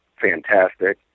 fantastic